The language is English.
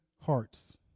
hearts